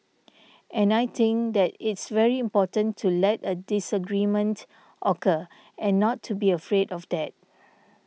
and I think that it's very important to let a disagreement occur and not to be afraid of that